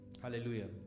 Hallelujah